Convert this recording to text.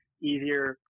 easier